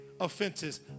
offenses